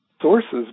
sources